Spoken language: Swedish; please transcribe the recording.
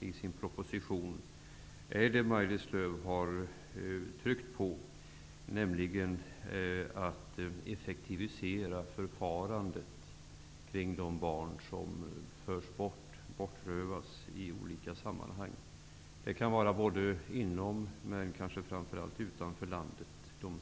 i sin proposition är just det som Maj-Lis Lööw har betonat. Den första punkten är att man skall effektivisera förfarandet när ett barn har förts bort eller bortrövats. Det kan gälla både inom och framför allt utom landet.